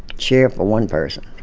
sheriff, for one person